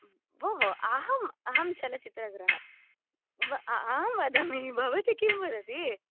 भोः अहं अहं चलच्चित्रग्राहः अहं वदामि भवती किं वदति